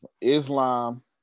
Islam